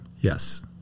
Yes